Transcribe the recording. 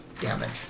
damage